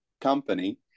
company